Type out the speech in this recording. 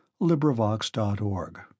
LibriVox.org